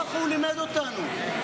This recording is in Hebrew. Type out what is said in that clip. ככה הוא לימד אותנו,